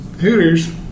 Hooters